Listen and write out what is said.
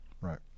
Right